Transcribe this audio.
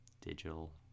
Digital